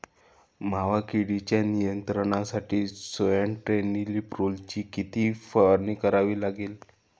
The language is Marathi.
मावा किडीच्या नियंत्रणासाठी स्यान्ट्रेनिलीप्रोलची किती फवारणी करावी लागेल?